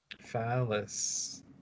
Phallus